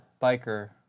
biker